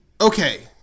okay